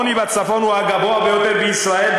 שיעור העוני בצפון הוא הגבוה ביותר בישראל,